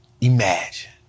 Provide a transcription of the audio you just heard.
Imagine